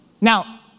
Now